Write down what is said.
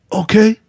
okay